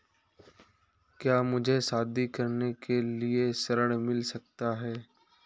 क्या मुझे शादी करने के लिए ऋण मिल सकता है?